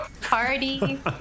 party